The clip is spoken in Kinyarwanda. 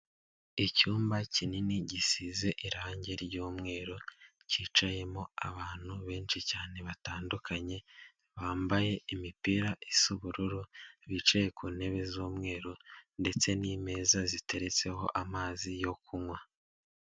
Icyumba kinini gisize irangi ry'umweru, cyicayemo abantu benshi cyane batandukanye, bambaye imipira isa ubururu bicaye ku ntebe z'umweru ndetse n'imeza ziteretseho amazi yo kunywa.